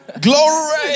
Glory